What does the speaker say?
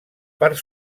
part